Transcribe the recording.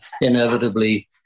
Inevitably